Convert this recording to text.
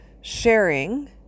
sharing